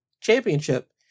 championship